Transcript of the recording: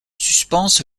suspens